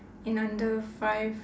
in under five